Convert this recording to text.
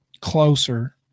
closer